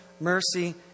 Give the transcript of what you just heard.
mercy